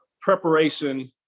preparation